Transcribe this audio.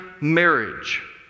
marriage